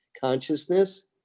Consciousness